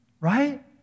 Right